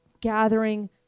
gathering